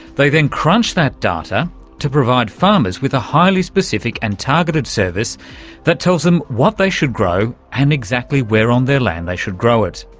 they then crunch that data to provide farmers with a highly specific and targeted service that tells them what they should grow and exactly where on their land they should grow it.